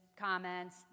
comments